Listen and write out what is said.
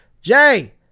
Jay